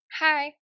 Hi